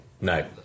no